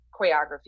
choreography